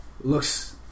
Looks